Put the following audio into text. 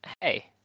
hey